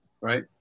right